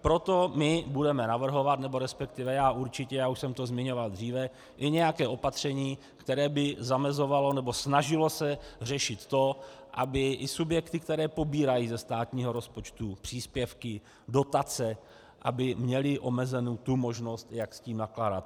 Proto my budeme navrhovat, resp. já určitě a už jsem to zmiňoval dříve, i nějaké opatření, které by zamezovalo nebo snažilo se řešit to, aby i subjekty, které pobírají ze státního rozpočtu příspěvky, dotace, měly omezenu tu možnost, jak s tím nakládat.